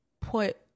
put